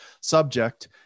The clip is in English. subject